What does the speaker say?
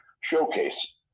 showcase